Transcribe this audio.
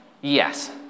yes